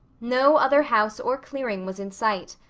no other house or clearing was in sight.